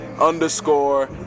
underscore